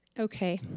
ok,